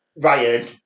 Ryan